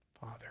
Father